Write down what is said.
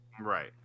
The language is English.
right